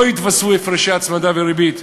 לא יתווספו הפרשי הצמדה וריבית.